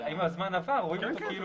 כן, אבל אם הזמן עבר, רואים אותה כאילו